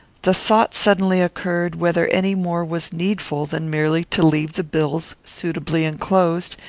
the thought suddenly occurred, whether any more was needful than merely to leave the bills suitably enclosed,